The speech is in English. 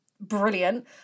brilliant